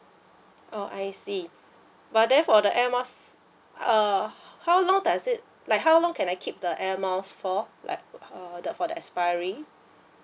oh I see but then for the air miles uh how long does it like how long can I keep the air miles for like uh the for the expiry